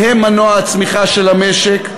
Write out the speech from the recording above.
שהם מנוע הצמיחה של המשק.